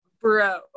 bro